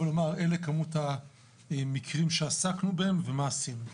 ולומר זו כמות המקרים שעסקנו בהם ומה עשינו.